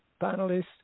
panelists